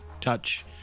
touch